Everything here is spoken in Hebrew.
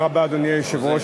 אדוני היושב-ראש,